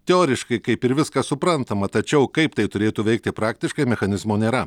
teoriškai kaip ir viskas suprantama tačiau kaip tai turėtų veikti praktiškai mechanizmo nėra